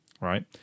right